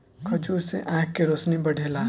खजूर से आँख के रौशनी बढ़ेला